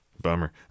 bummer